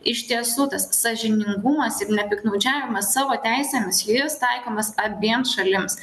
iš tiesų tas sąžiningumas ir nepiktnaudžiavimas savo teisėmis jis taikomas abiems šalims